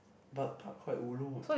but park quite ulu